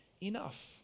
enough